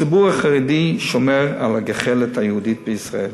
הציבור החרדי שומר על הגחלת היהודית בישראל,